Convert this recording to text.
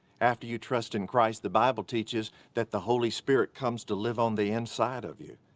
after you trust in christ, the bible teaches that the holy spirit comes to live on the inside of you.